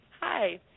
Hi